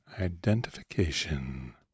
identification